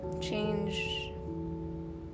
change